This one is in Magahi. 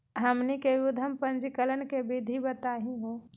हमनी के उद्यम पंजीकरण के विधि बताही हो?